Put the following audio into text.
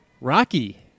Rocky